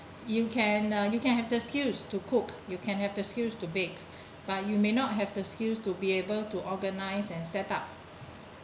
you can uh you can have the skills to cook you can have the skills to bake but you may not have the skills to be able to organize and set up